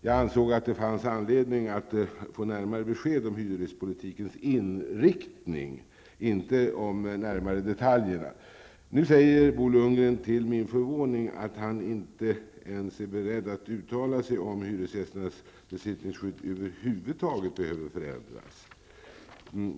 Jag ansåg att det fanns anledning att få närmare besked om hyrespolitikens inriktning, inte om de närmare detaljerna. Nu säger Bo Lundgren till min förvåning att han inte ens är beredd att uttala sig i frågan, om hyresgästernas besittningsskydd över huvud taget behöver förändras.